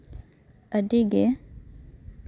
ᱟᱹᱰᱤᱜᱮ